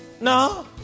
No